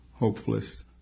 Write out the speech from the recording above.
hopeless